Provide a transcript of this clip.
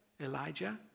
Elijah